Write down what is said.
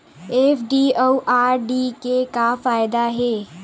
FD अउ RD के का फायदा हे?